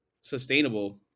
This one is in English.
sustainable